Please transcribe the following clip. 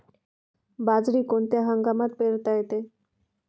बाजरी कोणत्या हंगामात पेरता येते?